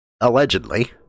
allegedly